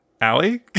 Allie